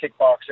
Kickboxer